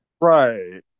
Right